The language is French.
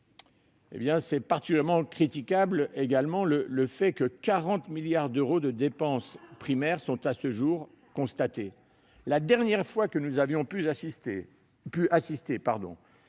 particulièrement critiquable le fait que 40 milliards d'euros de dépenses primaires soient à ce jour constatés. La dernière fois que nous avions pu assister